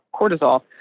cortisol